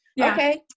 Okay